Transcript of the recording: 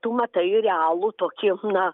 tu matai realų tokį na